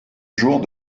jours